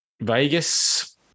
Vegas